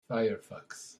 firefox